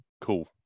cool